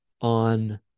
on